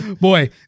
boy